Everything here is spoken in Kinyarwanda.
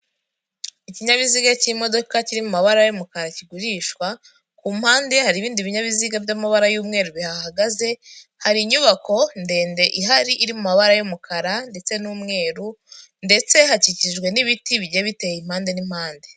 Ikinyabiziga cy'imodoka kirimo amabara y'umukara kigurishwa ku mpande hari ibindi binyabiziga by'amabara y'umweru bihahagaze hari inyubako ndende ihari iri mu mabara y'umukara ndetse n'umweru ndetse hakikijwe n'ibiti bigiye biteye impande n'impande.